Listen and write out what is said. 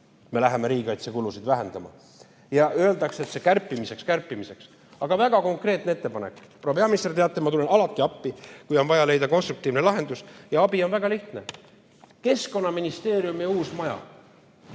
Me läheme riigikaitsekulusid vähendama ja öeldakse, et seda on vaja kärpimiseks. Aga mul on väga konkreetne ettepanek. Proua peaminister, teate, ma tulen alati appi, kui on vaja leida konstruktiivne lahendus, ja see abi on väga lihtne. Keskkonnaministeeriumi uus maja